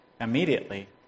immediately